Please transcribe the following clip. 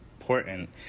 important